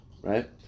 right